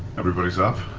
everybody's up?